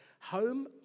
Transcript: home